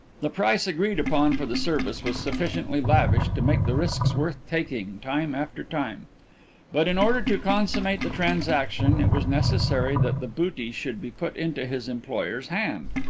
the price agreed upon for the service was sufficiently lavish to make the risks worth taking time after time but in order to consummate the transaction it was necessary that the booty should be put into his employer's hand.